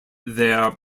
their